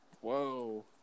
Whoa